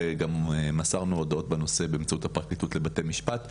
וגם מסרנו הודעות בנושא באמצעות הפרקליטות לבתי המשפט,